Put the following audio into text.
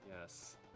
yes